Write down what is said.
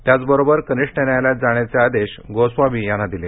त्याचबरोबर कनिष्ठ न्यायालयात जाण्याचे आदेश गोस्वामी यांना दिले